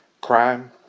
Crime